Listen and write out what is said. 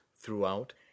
throughout